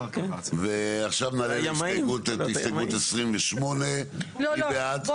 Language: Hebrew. ועכשיו נעלה את הסתייגות 28, מי בעד?